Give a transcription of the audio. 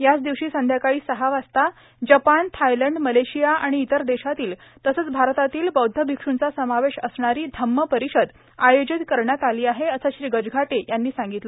याच दिवशी संध्याकाळी सहा वाजता जपान थायलंड मलेशिया आणि इतर देशातील तसंच भारतातील बौद्ध भिक्ष्रंचा समावेश असणारी धम्मपरिषद आयोजित करण्यात आली आहे असं श्री गजघाटे यांनी सांगितलं